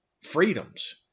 freedoms